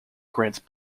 grants